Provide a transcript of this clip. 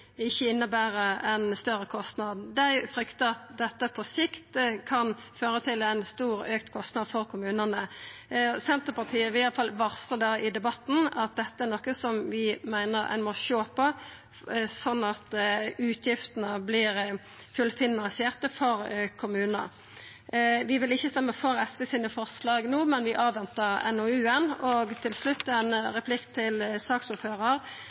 ein større kostnad. Dei fryktar at dette på sikt kan føra til stor, auka, kostnad for kommunane. Senterpartiet vil varsla i debatten at dette er noko vi meiner ein må sjå på, sånn at utgiftene vert fullfinansierte for kommunane. Vi vil ikkje stemma for SVs forslag no, men vi ventar på NOU-en. Til slutt ein replikk til